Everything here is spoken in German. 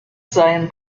seien